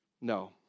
No